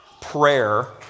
prayer